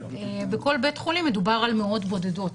בכל בית חולים מדובר על מאות בודדות,